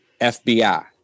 FBI